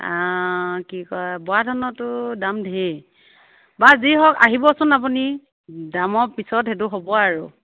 আ কি কয় বৰা ধানৰতো দাম ধেই বাৰু যি হওক আহিবচোন আপুনি দামৰ পিছত সেইটো হ'ব আৰু